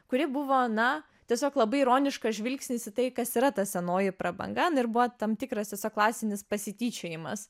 kuri buvo na tiesiog labai ironiškas žvilgsnis į tai kas yra ta senoji prabanga nu ir buvo tam tikras tiesiog klasinis pasityčiojimas